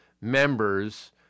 members